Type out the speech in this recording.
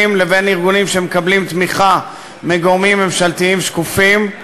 לבין ארגונים שמקבלים תמיכה מגורמים ממשלתיים שקופים.